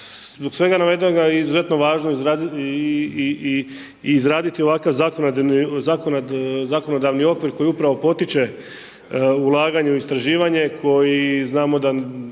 zbog svega navedenoga izuzetno je važno izraditi ovakav zakonodavni okvir koji upravo potiče ulaganje u istraživanje koji znamo da